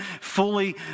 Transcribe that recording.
fully